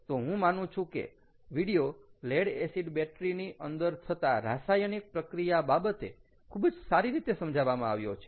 તો હું માનું છું કે વિડીયો લેડ એસિડ બેટરી ની અંદર થતા રાસાયણિક પ્રક્રિયા બાબતે ખૂબ જ સારી રીતે સમજાવવામાં આવ્યો છે